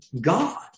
God